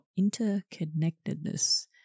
interconnectedness